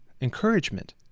Encouragement